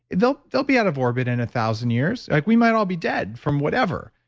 they'll they'll be out of orbit in a thousand years. like we might all be dead from whatever,